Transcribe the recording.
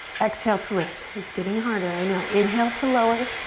exhale to lift. it's getting harder, i know. inhale to lower.